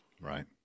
right